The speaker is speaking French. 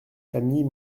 familles